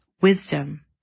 wisdom